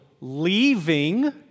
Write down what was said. leaving